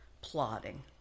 plotting